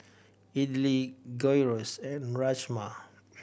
Idili Gyros and Rajma